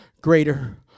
greater